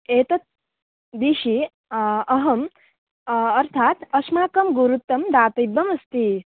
एतत् विषये अहम् अर्थात् अस्माकं गुरुत्वं दातव्यमस्ति